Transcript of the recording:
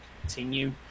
continue